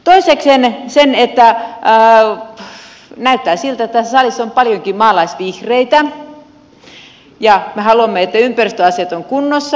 toisekseen näyttää siltä että tässä salissa on paljonkin maalaisvihreitä ja me haluamme että ympäristöasiat ovat kunnossa